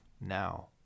now